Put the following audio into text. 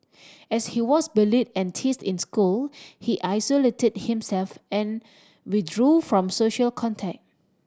as he was bullied and teased in school he isolated himself and withdrew from social contact